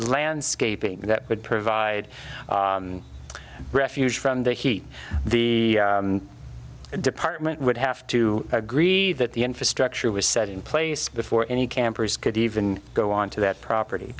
landscaping that would provide refuge from the heat the department would have to agree that the infrastructure was set in place before any campers could even go on to that